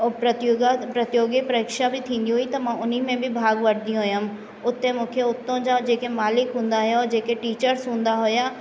ऐं प्रतियोगा प्रतियोगे परिक्षा बि थींदी हुई त मां हुन में बि भाॻु वठंदी हुअमि हुते मूंखे उतां जा जेके मालिक हूंदा हुआ ऐं जेके टीचर्स हूंदा हुआ